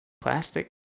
plastic